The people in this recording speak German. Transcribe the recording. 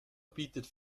bietet